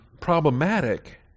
problematic